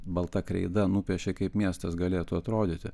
balta kreida nupiešė kaip miestas galėtų atrodyti